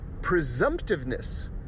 presumptiveness